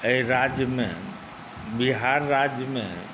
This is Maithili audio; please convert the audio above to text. एहि राज्यमे बिहार राज्यमे